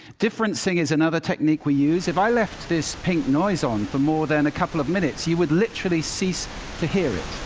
differencing is another technique we use. if i left this pink noise on for more than a couple of minutes, you would literally cease to hear it.